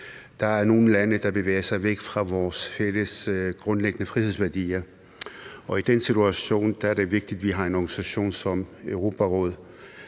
Der er nogle lande, der bevæger sig væk fra vores fælles grundlæggende frihedsværdier. Og i den situation er det vigtigt, at vi har en organisation som Europarådet: